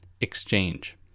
exchange